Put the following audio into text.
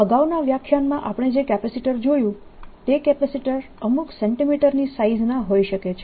અગાઉના વ્યાખ્યાનમાં આપણે જે કેપેસીટર જોયું તે કેપેસીટર અમુક સેન્ટિમીટરની સાઈઝ ના હોય શકે છે